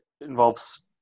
involves